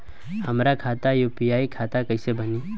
हमार खाता यू.पी.आई खाता कईसे बनी?